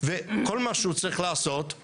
וכל מה שהוא צריך לעשות זה